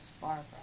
Barbara